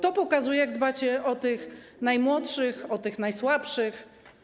To pokazuje, jak dbacie o tych najmłodszych, o tych najsłabszych.